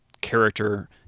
character